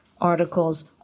articles